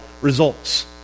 results